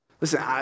Listen